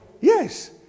Yes